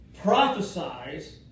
prophesize